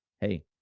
Hey